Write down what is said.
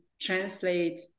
translate